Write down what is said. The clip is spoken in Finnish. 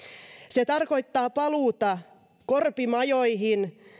se tarkoittaa paluuta korpimajoihin